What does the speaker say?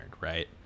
right